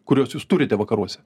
kuriuos jūs turite vakaruose